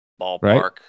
Ballpark